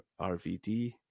rvd